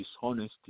dishonesty